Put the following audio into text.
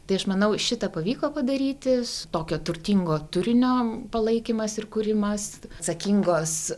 tai aš manau šitą pavyko padaryti su tokio turtingo turinio palaikymas ir kūrimas atsakingos